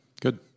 good